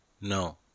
No